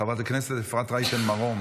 חברת הכנסת אפרת רייטן מרום,